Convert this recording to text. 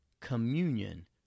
communion